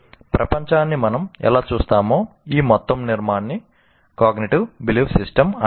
ప్రపంచాన్ని మనం ఎలా చూస్తామో ఈ మొత్తం నిర్మాణాన్ని కాగ్నిటివ్ బిలీఫ్ సిస్టం అంటారు